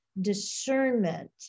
discernment